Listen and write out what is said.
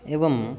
एवम्